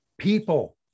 People